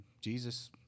Jesus